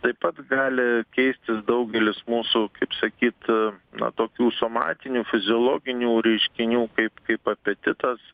taip pat gali keistis daugelis mūsų kaip sakyt na tokių somatinių fiziologinių reiškinių kaip kaip apetitas